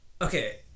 Okay